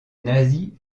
nazie